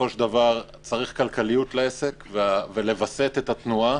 וצריך כלכליות לעסק ולווסת את התנועה,